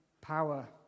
power